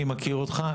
בבקשה.